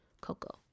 Coco